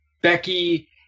Becky